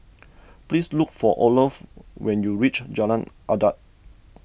please look for Olof when you reach Jalan Adat